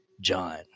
John